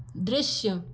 दृश्य